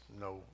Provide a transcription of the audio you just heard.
no